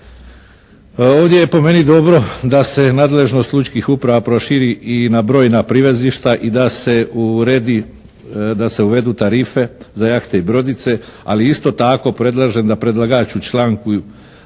Ovdje je po meni dobro da se nadležnost lučkih uprava proširi i na brojna privezišta i da se uredi, da se uvedu tarife za jahte i brodice ali isto tako predlažem da predlagač u članku